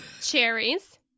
cherries